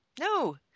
No